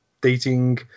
dating